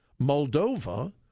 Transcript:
Moldova